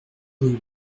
rue